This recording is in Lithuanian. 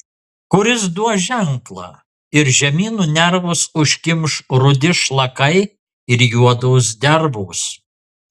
kuris duos ženklą ir žemyno nervus užkimš rudi šlakai ir juodos dervos